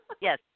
Yes